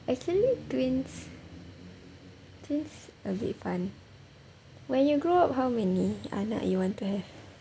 actually twins twins a bit fun when you grow up how many anak you want to have